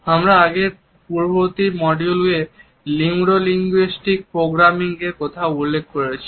আমরা আমাদের পূর্ববর্তী মডিউলে নিউরোলিঙ্গুইস্টিকস প্রোগ্রামিং উল্লেখ করেছি